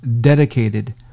dedicated